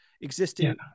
existing